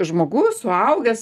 žmogus suaugęs